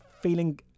feeling